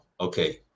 Okay